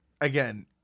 again